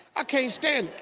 ah can't stand